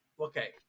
Okay